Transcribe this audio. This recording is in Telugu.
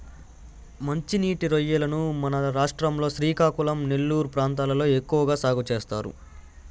మంచి నీటి రొయ్యలను మన రాష్ట్రం లో శ్రీకాకుళం, నెల్లూరు ప్రాంతాలలో ఎక్కువ సాగు చేస్తారు